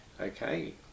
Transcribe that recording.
Okay